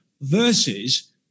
versus